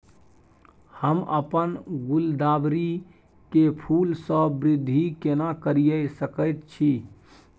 हम अपन गुलदाबरी के फूल सो वृद्धि केना करिये सकेत छी?